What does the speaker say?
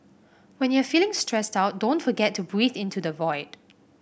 when you are feeling stressed out don't forget to breathe into the void